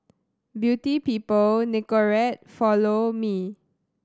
Beauty People Nicorette Follow Me